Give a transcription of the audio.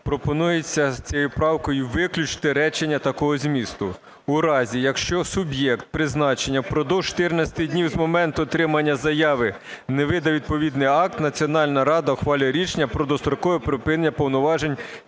пропонується цією правкою виключити речення такого змісту: "У разі, якщо суб’єкт призначення впродовж 14 днів з моменту отримання заяви не видав відповідний акт, Національна рада ухвалює рішення про дострокове припинення повноважень